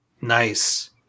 Nice